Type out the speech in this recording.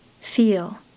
feel